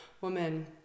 woman